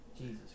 Jesus